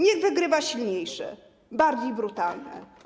Niech wygrywa silniejszy, bardziej brutalny.